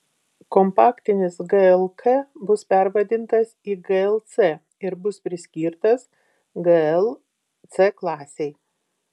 kompaktinis glk bus pervadintas į glc ir bus priskirtas gl c klasei